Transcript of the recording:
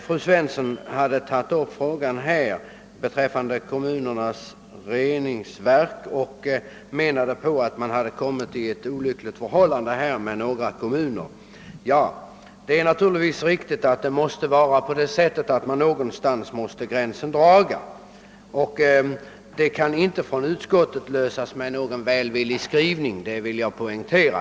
Fru Svensson tog upp frågan beträffande kommunernas reningsverk. Hon ansåg att några kommuner kommit i ett olyckligt läge. Det är naturligtvis riktigt, men en gräns måste dras någonstans, och utskottet kan inte lösa frågan enbart genom en välvillig skrivning.